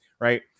Right